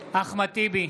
טיבי,